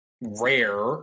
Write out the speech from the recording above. rare